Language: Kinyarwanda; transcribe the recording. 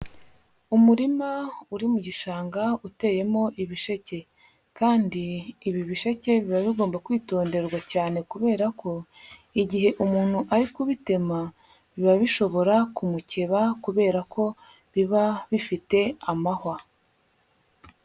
Umurima uri mu gishanga uteyemo ibisheke kandi ibi bisheke biba bigomba kwitonderwa cyane kubera ko igihe umuntu ari kubitema, biba bishobora kumukeba kubera ko biba bifite amahwa.